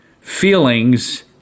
feelings